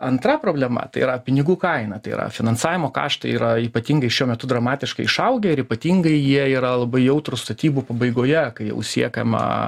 antra problema tai yra pinigų kaina tai yra finansavimo kaštai yra ypatingai šiuo metu dramatiškai išaugę ir ypatingai jie yra labai jautrūs statybų pabaigoje kai jau siekiama